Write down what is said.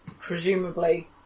presumably